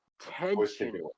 tension